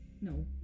No